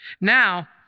Now